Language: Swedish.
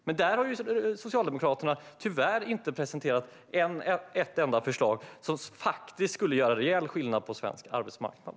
Men där har Socialdemokraterna tyvärr inte presenterat ett enda förslag som skulle göra reell skillnad på svensk arbetsmarknad.